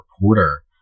reporter